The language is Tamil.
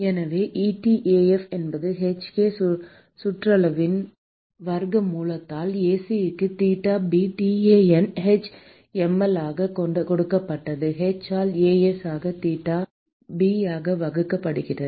எனவே etaf என்பது hk சுற்றளவின் வர்க்கமூலத்தால் Ac க்கு தீட்டா b tanh mL ஆகக் கொடுக்கப்பட்டது h ஆல் a s ஆக தீட்டா b ஆக வகுக்கப்படுகிறது